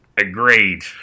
Agreed